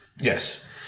Yes